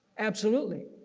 absolutely!